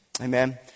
Amen